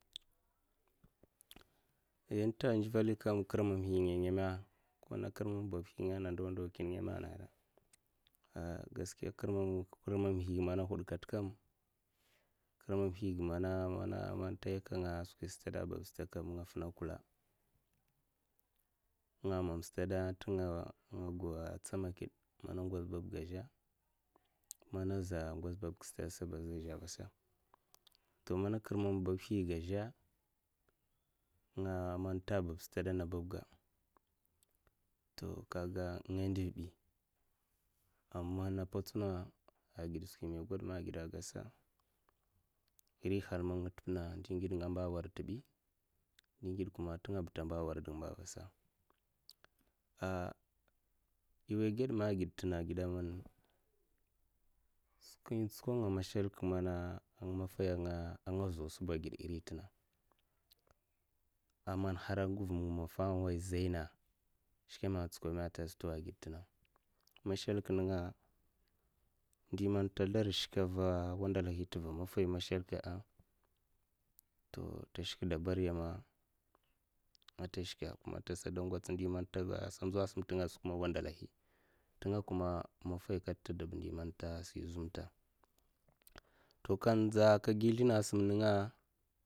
Nya' nta a ntsuval yè kam kirmamhi ngay ngèmè? Ko na krimamhi babngaya ana ndowa ndo nkinne ngeme ana gadaya? A gaskiya kirmamhi'ga mana nhwud nkat kam, kirmumhi ga' mana mana nta yakanga a skwi stad bab std kam nga fina kula nga mam stada nga gau tsamakid' mana ngoz bab ga azhè a, mana za ngwoz babgan stadsa ba aza vasa nti mana kirmam'babhiga aza nenga man nta bab stad ana babga to kaga nga ndivè bi, amana mpwotsuna agide skwi man eh gwod ma agide gas'sa iri nhal man nga ntepa ndi ngide nga mba nwarda nta bi ndyi ngide kuma ntenga ba nta nwurdan ba avasa, ah nwoy n'gedma a ged ntena agid man skwin ntsukwon nga mashal'l ka mana nga maffa anga vowu sa ba a'ged irin ntena, aman nhara nguv mu maffa an'woya zaina skweme an ntsukwoma tagadsa nto agide ntena mashalak nenga ndi man nta zlar shke va wandalahi ntuva maffa mashalakka'n ah to nta shke da baryama ata shke kuma nta sa dow ngwoche ndi man nzawa sema ntenga sa kuma wamdalahi ntenga kuma maffai nkat nte dub ndi man nta sui zoum nta to nka nza nka giu zlina asam nenga.